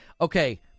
Okay